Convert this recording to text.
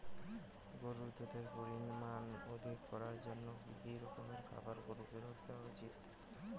গরুর দুধের পরিমান অধিক করার জন্য কি কি রকমের খাবার গরুকে রোজ দেওয়া উচিৎ?